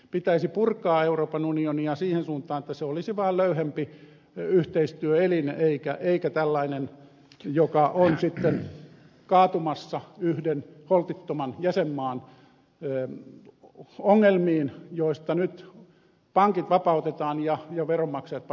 pitäisi purkaa euroopan unionia siihen suuntaan että se olisi vain löyhempi yhteistyöelin eikä tällainen joka on sitten kaatumassa yhden holtittoman jäsenmaan ongelmiin joista nyt pankit vapautetaan ja ja vermakseta